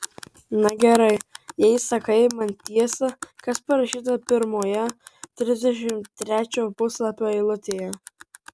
na gerai jei sakai man tiesą kas parašyta pirmoje trisdešimt trečio puslapio eilutėje